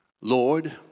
Lord